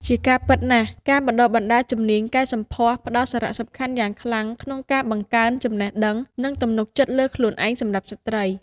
ជាការពិតណាស់ ការបណ្តុះបណ្តាលជំនាញកែសម្ផស្សផ្តល់សារៈសំខាន់យ៉ាងខ្លាំងក្នុងការបង្កើនចំណេះដឹង និងទំនុកចិត្តលើខ្លួនឯងសម្រាប់ស្ត្រី។